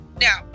Now